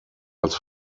als